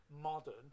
modern